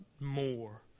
more